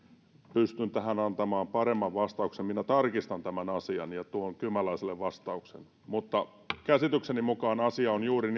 pystyn tähän antamaan paremman vastauksen minä tarkistan tämän asian ja tuon kymäläiselle vastauksen mutta käsitykseni mukaan asia on juuri